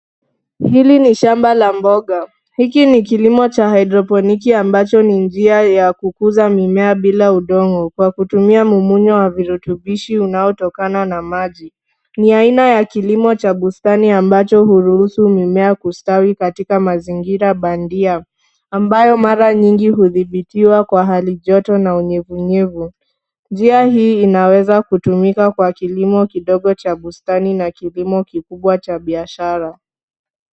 Hili ni shamba la mboga, hiki ni kilimo cha hydroponiki ambacho ni njia ya kukuza mimea bila udongo kwa kutumia mumunyo wa virutubishi unaotokana na maji, ni aina ya kilimo cha bustani ambacho huruhusu mimea kustawi katika mazingira bandia, ambayo mara nyingi hudhibitiwa kwa hali joto na unyevunyevu, njia hii inaweza kutumika kwa kilimo kidogo cha bustani na kilimo kikubwa cha biashara.